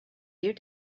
you